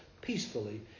peacefully